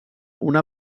una